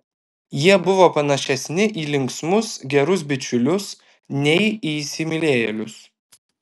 jie buvo panašesni į linksmus gerus bičiulius nei į įsimylėjėlius